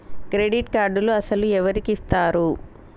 Credit కార్డులు అసలు ఎవరికి ఇస్తారు?